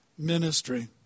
ministry